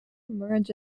emerge